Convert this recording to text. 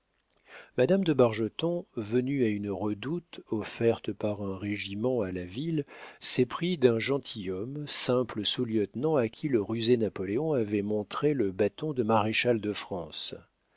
madame de bargeton venue à une redoute offerte par un régiment à la ville s'éprit d'un gentilhomme simple sous-lieutenant à qui le rusé napoléon avait montré le bâton de maréchal de france